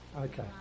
Okay